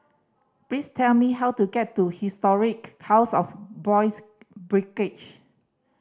please tell me how to get to Historic House of Boys' Brigade